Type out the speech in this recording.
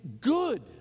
good